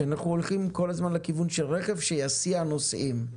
שאנחנו כל הזמן הולכים לכיוון של רכב שיסיע נוסעים.